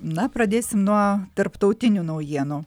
na pradėsim nuo tarptautinių naujienų